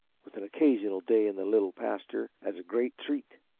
with an occasional day in the little pasture as a great treat.